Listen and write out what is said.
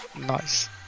Nice